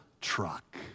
truck